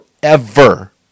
forever